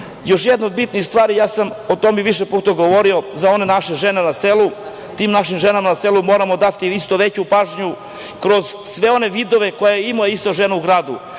jedna od bitnih stvari, o tome sam više puta govorio, za one naše žene na selu, tim našim ženama na selu moramo dati veću pažnju kroz sve one vidove koje imaju isto žene u gradu.